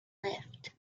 left